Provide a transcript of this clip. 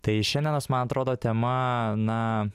tai šiandienos man atrodo tema na